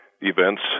events